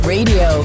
Radio